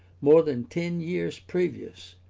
more than ten years previous,